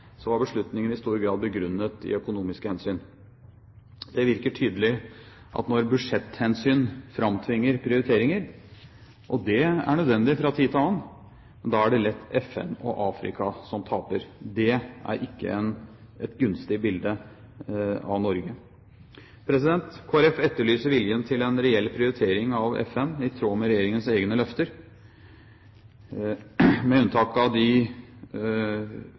var beslutningen i stor grad begrunnet i økonomiske hensyn. Det virker tydelig at når budsjetthensyn framtvinger prioriteringer – og det er nødvendig fra tid til annen – er det lett FN og Afrika som taper. Det er ikke et gunstig bilde av Norge. Kristelig Folkeparti etterlyser viljen til en reell prioritering av FN, i tråd med regjeringens egne løfter. Med unntak av de